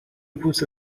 پوست